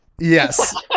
Yes